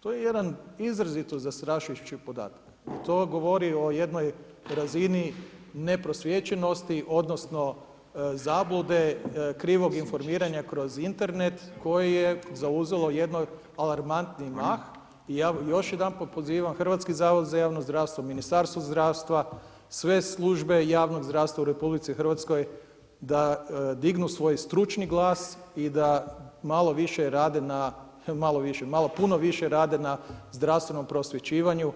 To je jedan izrazito zastrašujući podataka i to govori o jednoj razini neprosvijećenosti odnosno zablude, krivog informiranja kroz Internet koje je zauzelo jedan alarmantni mah i ja još jedanput pozivam Hrvatski zavod za javno zdravstvo, Ministarstvo zdravstva, sve službe javnog zdravstva u Republici Hrvatskoj da dignu svoj stručni glas i da malo više rade na, malo više, malo puno više rade na zdravstvenom prosvjećivanju